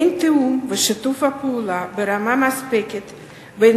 אין תיאום ושיתוף פעולה ברמה מספקת בין